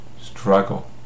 struggle